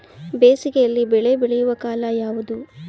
ಬೇಸಿಗೆ ಯಲ್ಲಿ ಬೆಳೆ ಬೆಳೆಯುವ ಕಾಲ ಯಾವುದು?